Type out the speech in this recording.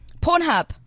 Pornhub